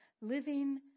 living